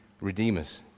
redeemers